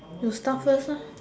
you start first uh